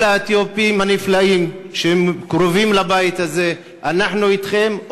האתיופים הנפלאים שקרובים לבית הזה: אנחנו אתכם,